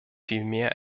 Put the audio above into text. vielmehr